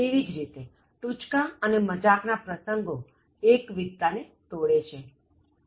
તેવી જ રીતે ટૂચકા અને મજાક ના પ્રસંગો એકવિધતા ને તોડે છે